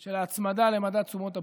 של ההצמדה למדד תשומות הבנייה,